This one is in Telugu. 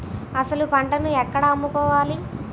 అసలు పంటను ఎక్కడ అమ్ముకోవాలి?